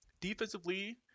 defensively